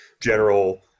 general